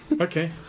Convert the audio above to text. Okay